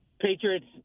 Patriots